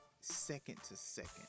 second-to-second